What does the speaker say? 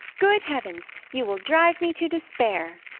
good heavens! you will drive me to despair.